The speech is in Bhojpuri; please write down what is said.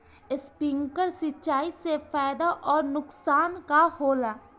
स्पिंकलर सिंचाई से फायदा अउर नुकसान का होला?